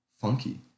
funky